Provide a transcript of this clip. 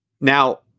Now